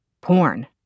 Porn